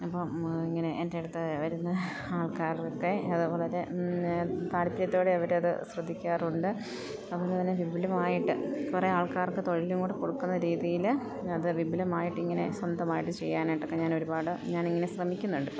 അപ്പം ഇങ്ങനെ എൻ്റെ അടുത്ത് വരുന്ന ആൾക്കാരൊക്കെ അതുപോലെ താല്പര്യത്തോടെ അവർ അത് ശ്രദ്ധിക്കാറുണ്ട് അതുപോലെ തന്നെ വിപുലുമായിട്ട് കുറേ ആൾക്കാർക്ക് തൊഴിലും കൂടെ കൊടുക്കുന്ന രീതിയിൽ അത് വിപുലമായിട്ട് ഇങ്ങനെ സ്വന്തമായിട്ട് ചെയ്യാനായിട്ടൊക്കെ ഞാൻ ഒരുപാട് ഞാൻ ഇങ്ങനെ ശ്രമിക്കുന്നുണ്ട് ഇപ്പം